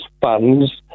funds